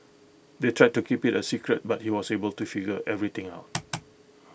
they tried to keep IT A secret but he was able to figure everything out